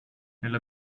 nella